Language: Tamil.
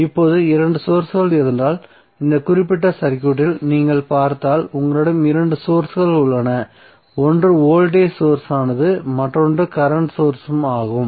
இப்போது 2 சோர்ஸ்கள் இருந்தால் இந்த குறிப்பிட்ட சர்க்யூட்டில் நீங்கள் பார்த்தால் உங்களிடம் 2 சோர்ஸ்கள் உள்ளன ஒன்று வோல்டேஜ் சோர்ஸ் ஆனது மற்றொன்று கரண்ட் சோர்ஸ் ஆகும்